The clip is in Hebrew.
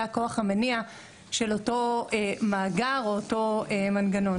הכוח המניע של אותו מאגר או אותו מנגנון.